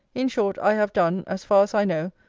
in short, i have done, as far as i know,